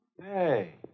Hey